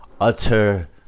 utter